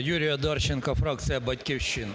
ЮрійОдарченко, фракція "Батьківщина".